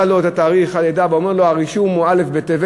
לו את תאריך הלידה ואומר לו: הרישום הוא לפי א' בטבת,